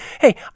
Hey